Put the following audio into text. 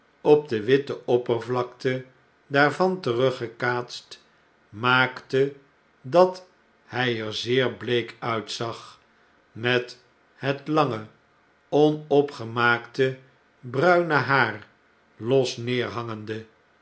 op de witte oppervlakte daarvan teruggekaatst maakte dat hij er zeer bleek uitzag met het lange onopgemaakte bruine haar los neerhangende